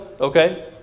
okay